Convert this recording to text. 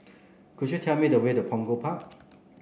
could you tell me the way to Punggol Park